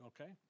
okay